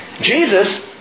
Jesus